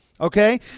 Okay